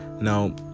now